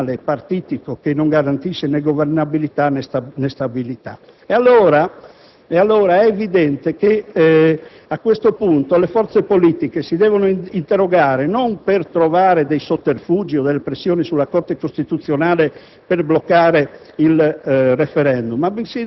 finirebbe questo sistema istituzionale partitico che non garantisce né governabilità né stabilità. Allora, è evidente che le forze politiche non devono interrogarsi su come escogitare sotterfugi o esercitare pressioni sulla Corte costituzionale